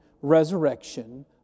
resurrection